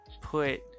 put